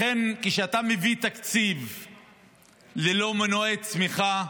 לכן כשאתה מביא תקציב ללא מנועי צמיחה,